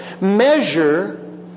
Measure